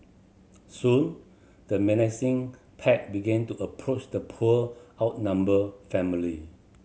soon the menacing pack begin to approach the poor outnumber family